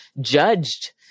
judged